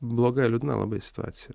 bloga liūdna labai situacija